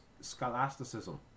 scholasticism